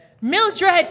Mildred